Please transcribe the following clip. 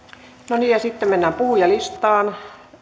no niin ja sitten mennään puhujalistaan